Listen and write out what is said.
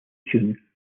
june